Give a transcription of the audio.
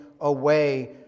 away